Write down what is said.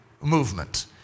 movement